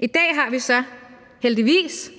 I dag har vi så, heldigvis,